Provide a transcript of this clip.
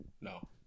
No